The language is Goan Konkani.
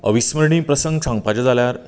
अविस्मरणिय प्रसंग सांगपाचे जाल्यार